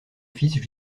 fils